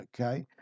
Okay